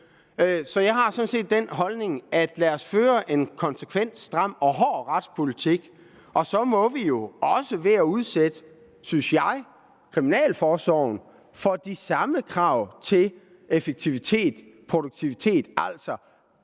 Så jeg har sådan set den holdning: Lad os føre en konsekvent stram og hård retspolitik, og så må vi også, synes jeg, udsætte Kriminalforsorgen for de samme krav til effektivitet og produktivitet, som